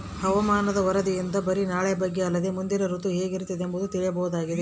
ಹವಾಮಾನ ವರದಿಯಿಂದ ಬರಿ ನಾಳೆಯ ಬಗ್ಗೆ ಅಲ್ಲದೆ ಮುಂದಿನ ಋತು ಹೇಗಿರುತ್ತದೆಯೆಂದು ತಿಳಿಯಬಹುದಾಗಿದೆ